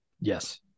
Yes